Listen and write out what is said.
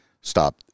stop